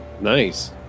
Nice